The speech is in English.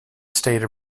state